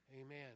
Amen